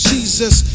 Jesus